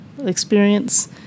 experience